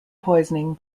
poisoning